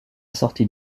sortie